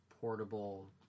portable